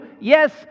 yes